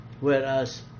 whereas